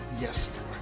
yes